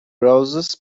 roses